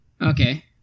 Okay